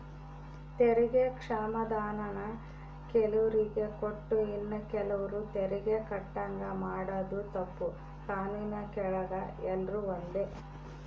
ತೆರಿಗೆ ಕ್ಷಮಾಧಾನಾನ ಕೆಲುವ್ರಿಗೆ ಕೊಟ್ಟು ಇನ್ನ ಕೆಲುವ್ರು ತೆರಿಗೆ ಕಟ್ಟಂಗ ಮಾಡಾದು ತಪ್ಪು, ಕಾನೂನಿನ್ ಕೆಳಗ ಎಲ್ರೂ ಒಂದೇ